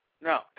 No